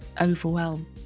overwhelm